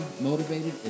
motivated